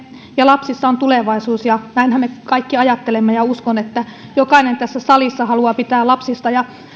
ja lapsissa on tulevaisuus näinhän me kaikki ajattelemme ja uskon että jokainen tässä salissa haluaa pitää